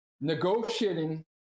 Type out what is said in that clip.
negotiating